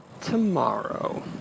tomorrow